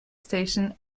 station